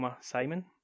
Simon